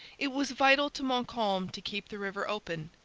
it was vital to montcalm to keep the river open.